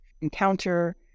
encounter